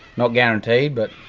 not guaranteed, but,